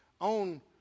on